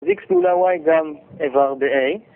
אז X מול הY גם איבר בA